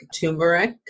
turmeric